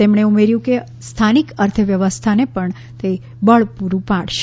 તેમણે ઉમેર્યું કે તે સ્થાનિક અર્થવ્યવસ્થાને પણ બળ પૂરું પાડશે